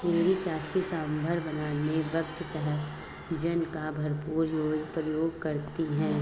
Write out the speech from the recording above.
मेरी चाची सांभर बनाने वक्त सहजन का भरपूर प्रयोग करती है